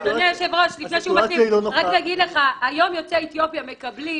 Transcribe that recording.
הסיטואציה היא לא נוחה --- היום יוצאי אתיופיה מקבלים